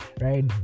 right